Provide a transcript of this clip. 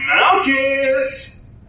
Malchus